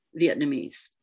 Vietnamese